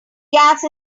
gas